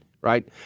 right